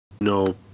no